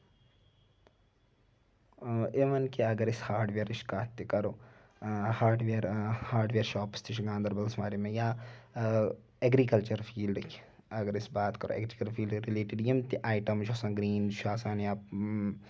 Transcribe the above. اِوٕن کہِ اَگر أسۍ ہاڈوِیرٕچ کَتھ تہِ کرو ہاڈوِیر ہاڈوِیر شاپٕس تہِ چھِ گاندربَلس منٛز واریاہ یا ایٚگرِکَلچر فیٖلڈٕکۍ اَگر أسۍ بات کَرو ایٚگرِکَلچر فیٖلڈٕ رِلیٹَڈ یِم تہِ ایٹم چھُ آسان گریٖن چھُ آسان یا